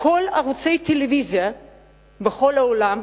כל ערוצי הטלוויזיה בכל העולם,